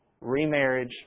Remarriage